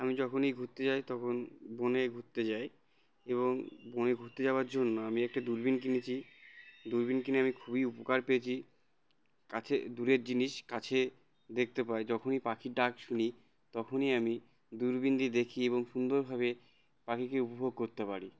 আমি যখনই ঘুরতে যাই তখন বনে ঘুরতে যাই এবং বনে ঘুরতে যাওয়ার জন্য আমি একটা দূরবিন কিনেছি দূরবিন কিনে আমি খুবই উপকার পেয়েছি কাছে দূরের জিনিস কাছে দেখতে পাই যখনই পাখির ডাক শুনি তখনই আমি দূরবিন দিয়ে দেখি এবং সুন্দরভাবে পাখিকে উপভোগ করতে পারি